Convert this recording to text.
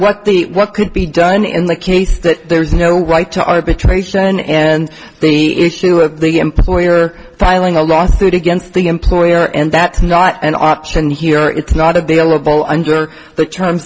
what the what could be done in the case that there is no why to arbitration and the issue of the employer filing a lawsuit against the employer and that's not an option here it's not available under the term